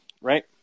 right